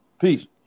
Peace